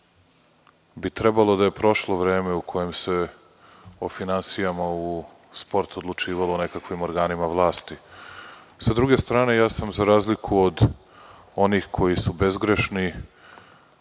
bi trebalo da je prošlo vreme u kojem se o finansijama u sportu odlučivalo na nekakvim organima vlasti. Sa druge strane, ja sam za razliku od onih koji su bezgrešni